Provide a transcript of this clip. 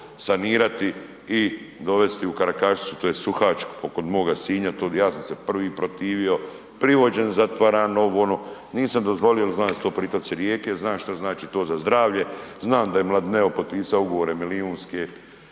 sanirati i dovesti u Karakašicu, to je Suhač kod moga Sinja, ja sam se prvi protivio, privođen, zatvaran, ovo, ono, nisam dozvolio jel znam da su tu pritoci rijeke, znam šta znači to za zdravlje, znam da je Mladineo potpisao ugovore milijunske